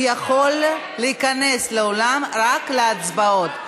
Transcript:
הוא יכול להיכנס לאולם רק להצבעות.